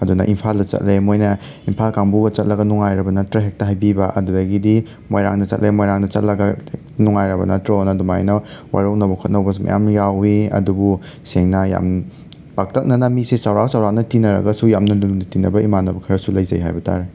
ꯑꯗꯨꯅ ꯏꯝꯐꯥꯜꯗ ꯆꯠꯂꯦ ꯃꯣꯏꯅ ꯏꯝꯐꯥꯜ ꯀꯥꯡꯕꯨꯒ ꯆꯠꯂꯒ ꯅꯨꯡꯉꯥꯏꯔꯕ ꯅꯠꯇ꯭ꯔꯥ ꯍꯦꯛꯇ ꯍꯥꯏꯕꯤꯕ ꯑꯗꯨꯗꯒꯤꯗꯤ ꯃꯣꯏꯔꯥꯡꯗ ꯆꯠꯂꯦ ꯃꯣꯏꯔꯥꯡꯗ ꯆꯠꯂꯒ ꯅꯨꯡꯉꯥꯏꯔꯕ ꯅꯠꯇ꯭ꯔꯣꯅ ꯑꯗꯨꯃꯥꯏꯅ ꯋꯥꯔꯧꯅꯕ ꯈꯣꯠꯅꯧꯕꯖꯨ ꯃꯌꯥꯝ ꯌꯥꯎꯋꯤ ꯑꯗꯨꯕꯨ ꯁꯦꯡꯅ ꯌꯥꯝ ꯄꯥꯛꯇꯛꯅꯅ ꯃꯤꯁꯦ ꯆꯧꯔꯥꯛ ꯆꯧꯔꯥꯛꯅ ꯇꯤꯟꯅꯔꯒꯁꯨ ꯌꯥꯝꯅ ꯂꯨꯅ ꯇꯤꯅꯕ ꯏꯃꯥꯅꯕ ꯈꯔꯁꯨ ꯂꯩꯖꯩ ꯍꯥꯏꯕꯇꯔꯦ